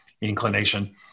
inclination